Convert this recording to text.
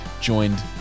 joined